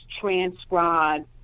transcribe